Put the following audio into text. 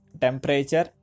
temperature